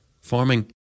farming